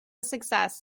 success